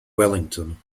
wellington